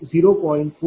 3719 0